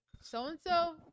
so-and-so